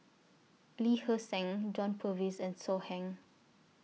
Lee Hee Seng John Purvis and So Heng